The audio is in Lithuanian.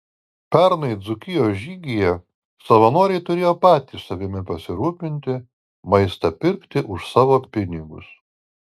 pernai dzūkijos žygyje savanoriai turėjo patys savimi pasirūpinti maistą pirkti už savo pinigus